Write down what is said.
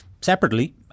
separately